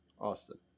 Austin